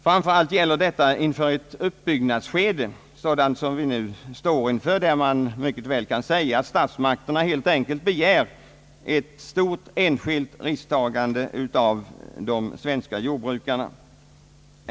Framför allt gäller detta i ett uppbyggnadsskede sådant som det vi nu står inför, där man mycket väl kan säga att statsmakterna helt enkelt begär ett stort enskilt risktagande av de svenska jordbrukarna.